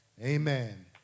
Amen